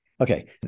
Okay